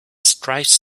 strives